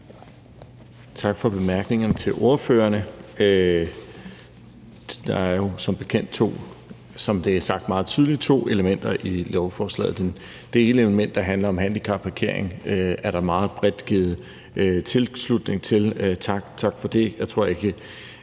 tak for bemærkningerne til ordførerne. Der er jo som bekendt, som det er sagt meget tydeligt, to elementer i lovforslaget. Det ene element, der handler om handicapparkering, er der meget bredt givet tilslutning til. Tak for det.